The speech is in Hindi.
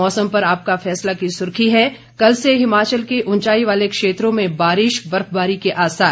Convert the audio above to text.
मौसम पर आपका फैसला की सुर्खी है कल से हिमाचल के ऊंचाई वाले क्षेत्रों में बारिश बर्फबारी के आसार